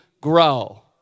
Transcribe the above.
grow